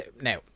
Now